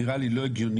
נראה לי לא הגיוני,